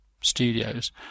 studios